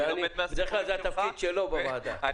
בדרך כלל זה התפקיד שלו בוועדה.